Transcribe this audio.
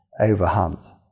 overhunt